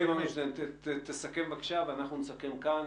אלי, תסכם, בבקשה, ואנחנו נסכם כאן.